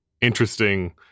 interesting